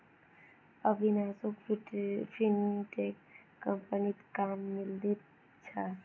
अविनाशोक फिनटेक कंपनीत काम मिलील छ